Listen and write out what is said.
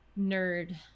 nerd